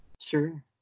Sure